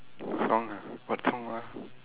song ah what song ah